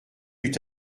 eut